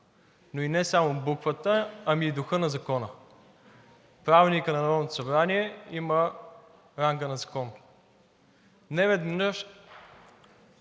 но и не само буквата, ами и духа на закона. Правилникът на Народното събрание има ранга на закон. Неведнъж